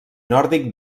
nòrdic